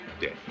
death